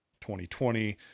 2020